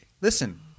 listen